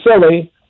silly